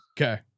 Okay